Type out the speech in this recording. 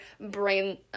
brain